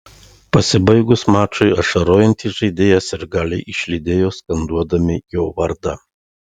pasibaigus mačui ašarojantį žaidėją sirgaliai išlydėjo skanduodami jo vardą